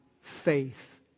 faith